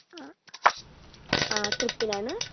ആ ആ ട്രിപ്പിൽ ആണ്